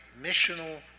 missional